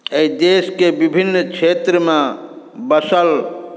एहि देशके विभिन्न क्षेत्रमे बसल